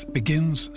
begins